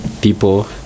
people